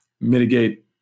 mitigate